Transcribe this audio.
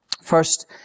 First